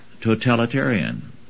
totalitarian